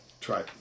Try